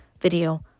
video